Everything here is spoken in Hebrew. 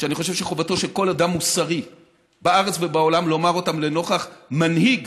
שאני חושב שחובתו של כל אדם מוסרי בארץ ובעולם לומר אותם לנוכח מנהיג